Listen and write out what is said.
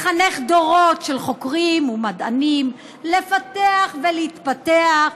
לחנך דורות של חוקרים ומדענים, לפתח ולהתפתח.